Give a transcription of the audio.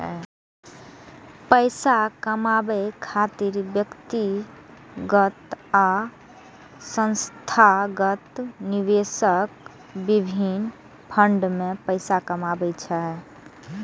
पैसा कमाबै खातिर व्यक्तिगत आ संस्थागत निवेशक विभिन्न फंड मे पैसा लगबै छै